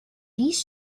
these